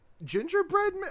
Gingerbread